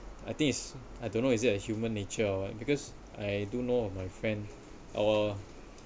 I think it's I don't know is it a human nature or what because I do know of my friend our